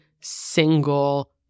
single